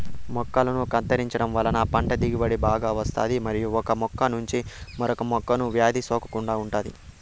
మొక్కలను కత్తిరించడం వలన పంట దిగుబడి బాగా వస్తాది మరియు ఒక మొక్క నుంచి మరొక మొక్కకు వ్యాధి సోకకుండా ఉంటాది